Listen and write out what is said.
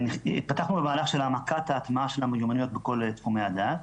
פתחנו במהלך העמקת ההטמעה של המיומנויות בכל תחומי הדעת.